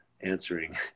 answering